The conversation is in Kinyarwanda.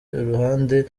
iruhande